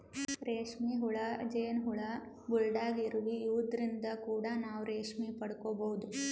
ರೇಶ್ಮಿ ಹುಳ, ಜೇನ್ ಹುಳ, ಬುಲ್ಡಾಗ್ ಇರುವಿ ಇವದ್ರಿನ್ದ್ ಕೂಡ ನಾವ್ ರೇಶ್ಮಿ ಪಡ್ಕೊಬಹುದ್